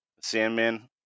Sandman